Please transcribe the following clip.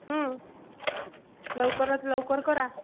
लवकरात लवकर करा